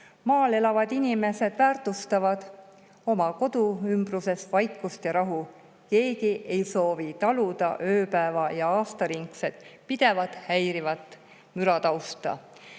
Maal elavad inimesed väärtustavad oma kodu ümbruses vaikust ja rahu. Keegi ei soovi taluda ööpäeva‑ ja aastaringset häirivat müratausta.